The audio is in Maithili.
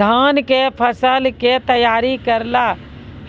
धान कऽ फसल कऽ तैयारी करेला